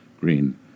Green